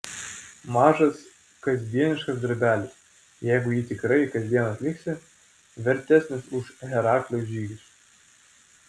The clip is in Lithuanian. mažas kasdieniškas darbelis jeigu jį tikrai kasdien atliksi vertesnis už heraklio žygius